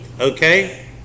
okay